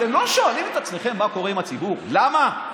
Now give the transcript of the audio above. אתם לא שואלים את עצמכם מה קורה עם הציבור, למה?